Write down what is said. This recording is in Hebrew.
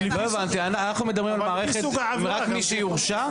אנחנו מדברים על מערכת בה יהיה רק מי שהורשע?